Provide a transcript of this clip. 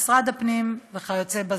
משרד הפנים וכיוצא באלה.